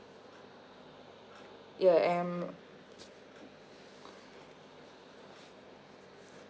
yeah and